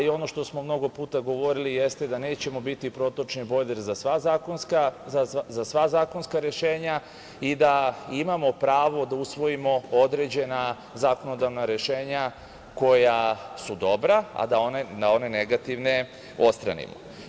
Ono što smo mnogo puta govorili jeste da nećemo biti protočni bojler za sva zakonska rešenja i da imamo pravo da usvojimo određena zakonodavna rešenja koja su dobra, a da one negativne odstranimo.